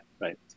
right